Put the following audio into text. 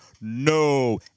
No